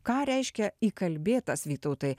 ką reiškia įkalbėtas vytautai